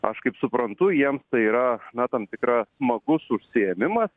aš kaip suprantu jiems tai yra na tam tikra smagus užsiėmimas